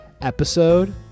episode